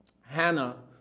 Hannah